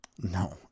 No